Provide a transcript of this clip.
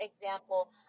example